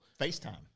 FaceTime